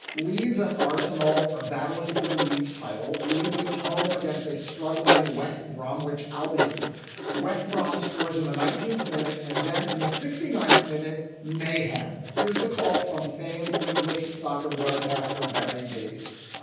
leeds and arsenal are battling for the league title. leeds is home against a struggling west brom, which albion west brom scores in the nineteenth minute and then in the sixty ninth minute mayhem. here's the call from famed english soccer broadcaster barry davies.